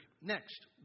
Next